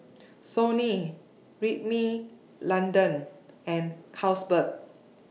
Sony Rimmel London and Carlsberg